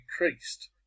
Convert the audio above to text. increased